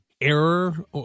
Error